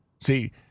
See